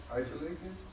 isolated